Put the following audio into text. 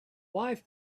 wife